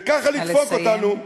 וככה לדפוק אותנו,